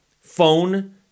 phone